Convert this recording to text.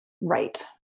right